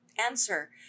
answer